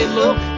look